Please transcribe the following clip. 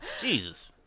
Jesus